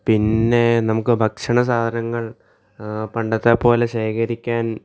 പിന്നെ നമുക്ക് ഭക്ഷണ സാധനങ്ങൾ പണ്ടത്തെ പോലെ ശേഖരിക്കാൻ